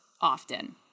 often